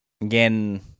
Again